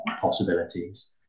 possibilities